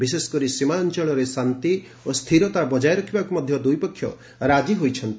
ବିଶେଷକରି ସୀମା ଅଞ୍ଚଳରେ ଶାନ୍ତି ଓ ସ୍ଥିରତା ବଙ୍କାୟ ରଖିବାକୁ ମଧ୍ୟ ଦୁଇପକ୍ଷ ରାଜି ହୋଇଛନ୍ତି